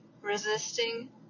resisting